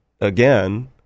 again